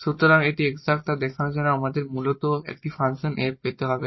সুতরাং এটি এক্সাট তা দেখানোর জন্য আমাদের মূলত একটি ফাংশন f পেতে হবে